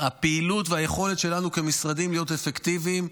הפעילות והיכולת שלנו כמשרדים להיות אפקטיביים,